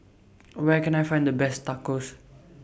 Where Can I Find The Best Tacos